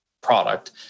product